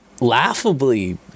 laughably